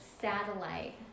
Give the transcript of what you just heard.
satellite